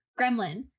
gremlin